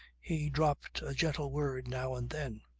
he dropped a gentle word now and then.